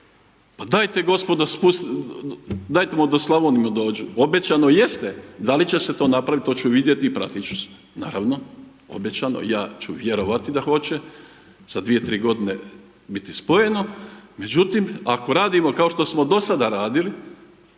pa dajte gospodo spustite, daje mu do Slavonije doći, obećano jeste da li će to napraviti to ću vidjeti i pratit ću se. Naravno, obećano ja ću vjerovati da hoće za 2, 3 godine biti spojeno, međutim ako radimo kao što smo do sada radili